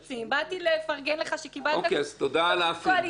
באתי לפרגן לך שקיבלת כספים קואליציוניים